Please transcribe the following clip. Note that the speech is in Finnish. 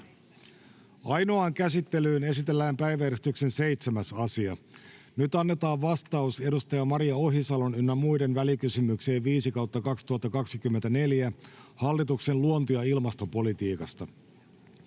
Ainoaan käsittelyyn esitellään päiväjärjestyksen 7. asia. Nyt annetaan vastaus edustaja Maria Ohisalon ynnä muiden välikysymykseen VK 5/2024 vp hallituksen luonto- ja ilmastopolitiikasta.